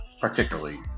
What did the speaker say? particularly